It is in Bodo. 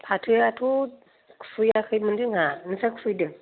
फाथोआथ' खुबैआखैमोन जोंहा नोंस्रा खुबैदों